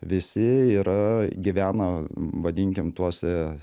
visi yra gyvena vadinkim tuose